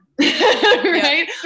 right